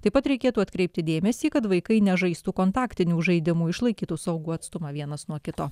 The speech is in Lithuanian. taip pat reikėtų atkreipti dėmesį kad vaikai nežaistų kontaktinių žaidimų išlaikytų saugų atstumą vienas nuo kito